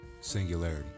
singularity